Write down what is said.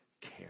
care